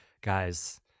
guys